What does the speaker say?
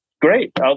great